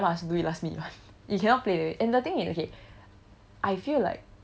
actually even for assignment I also do it last minute [one] you cannot play with it and the thing is okay